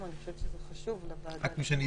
אני ובעלי,